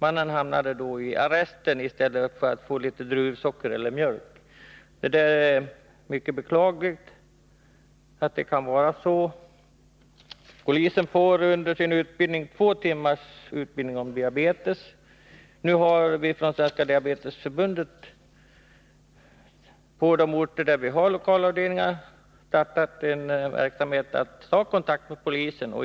Mannen hamnade i arresten i stället för att få litet druvsocker eller mjölk. Det är mycket beklagligt att det kan gå så. Poliserna får under sin utbildning två timmars undervisning om diabetes. Nu har vi från Svenska diabetesförbundet på de orter där vi har lokalavdelningar startat en verksamhet för att ta kontakt med polisen.